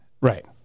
Right